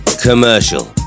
commercial